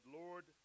lord